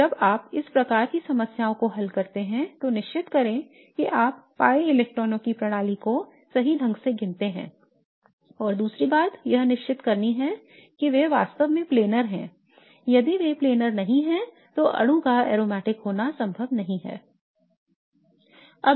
इसलिए जब आप इस प्रकार की समस्याओं को हल करते हैं तो सुनिश्चित करें कि आप pi इलेक्ट्रॉनों की प्रणाली को सही ढंग से गिनते हैं और दूसरी बात यह सुनिश्चित करना है कि वे वास्तव में planar हैं यदि वे planar नहीं हैं तो अणु का aromatic होना संभव नहीं है